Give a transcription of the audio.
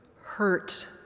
hurt